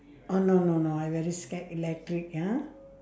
oh no no no I very scared electric ya